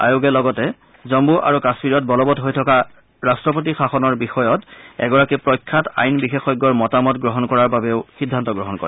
আয়োগে লগতে জম্মু আৰু কাম্মীৰত বলবৎ হৈ থকা ৰাট্টপতি শাসনৰ বিষয়ত এগৰাকী প্ৰখ্যাত আইন বিশেষজ্ঞৰ মতামত গ্ৰহণ কৰাৰ বাবেও সিদ্ধান্ত গ্ৰহণ কৰে